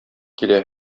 килә